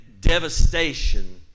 devastation